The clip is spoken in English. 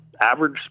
average